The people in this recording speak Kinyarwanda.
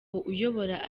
uyobora